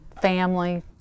family